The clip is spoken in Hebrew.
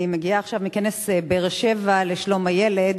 אני מגיעה עכשיו מכנס באר-שבע לשלום הילד,